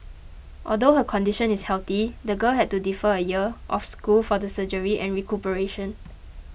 although her condition is healthy the girl had to defer a year of school for the surgery and recuperation